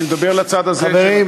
ששש, חברים.